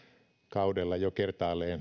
kaudella jo kertaalleen